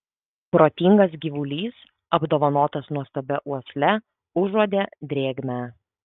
protingas gyvulys apdovanotas nuostabia uosle užuodė drėgmę